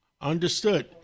Understood